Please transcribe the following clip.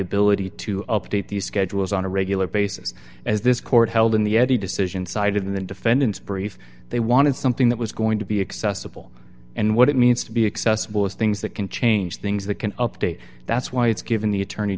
ability to update these schedules on a regular basis as this court held in the n t decision cited in the defendant's brief they wanted something that was going to be accessible and what it means to be accessible is things that can change things that can update that's why it's given the attorney